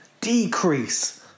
decrease